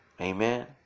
Amen